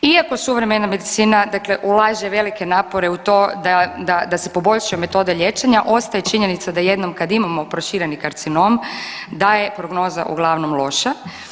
Iako suvremena medicina dakle ulaže velike napore u to da se poboljšaju metode liječenja ostaje činjenica da jednom kad imamo prošireni karcinom da je prognoza uglavnom loša.